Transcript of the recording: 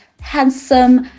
handsome